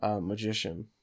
magician